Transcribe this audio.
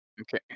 Okay